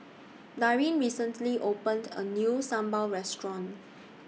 Darin recently opened A New Sambal Restaurant